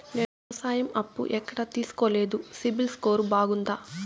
నేను వ్యవసాయం అప్పు ఎక్కడ తీసుకోలేదు, సిబిల్ స్కోరు బాగుందా?